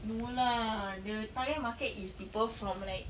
no lah the target market is people from like